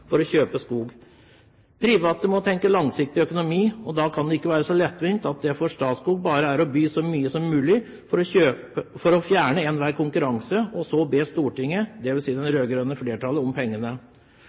da kan det ikke være så lettvint at det for Statskog bare er å by så mye som mulig for å fjerne enhver konkurranse, og så be Stortinget – dvs. det